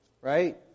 right